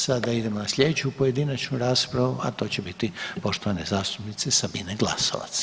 Sada idemo na slijedeću pojedinačnu raspravu, a to će biti poštovane zastupnice Sabine Glasovac.